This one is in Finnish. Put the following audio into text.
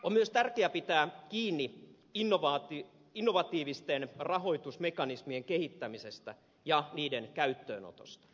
on myös tärkeää pitää kiinni innovatiivisten rahoitusmekanismien kehittämisestä ja niiden käyttöönotosta